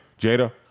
Jada